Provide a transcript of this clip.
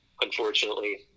unfortunately